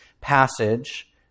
passage